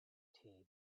tea